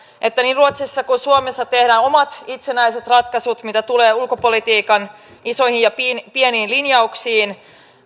että niin ruotsissa kuin suomessa tehdään omat itsenäiset ratkaisut mitä tulee ulkopolitiikan isoihin ja pieniin linjauksiin